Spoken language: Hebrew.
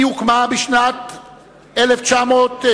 היא הוקמה בשנת 1979,